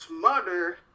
mother